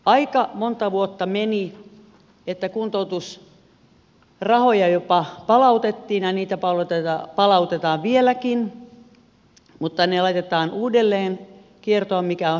aika monta vuotta meni että kuntoutusrahoja jopa palautettiin ja niitä palautetaan vieläkin mutta ne laitetaan uudelleen kiertoon mikä on hyvä asia